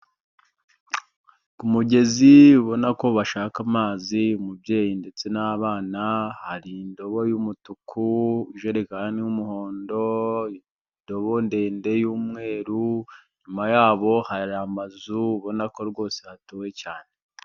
Ku mugezi ubona ko bashaka amazi umubyeyi ndetse n'abana, hari indobo y'umutuku, ijerekani y'umuhondo, indobo ndende y'umweru, nyuma yabo hari amazu ubona ko rwose hatuwe cyane.